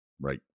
right